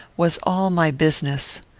was all my business.